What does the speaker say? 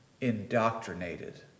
indoctrinated